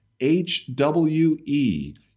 hwe